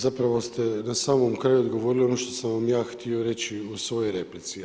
Zapravo ste na samom kraju odgovorili ono što sam ja vam htio reći u svojoj replici.